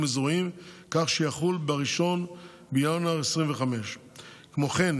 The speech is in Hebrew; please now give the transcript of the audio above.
אזוריים כך שיחול ב-1 בינואר 2025. כמו כן,